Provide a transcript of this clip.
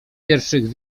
pierwszych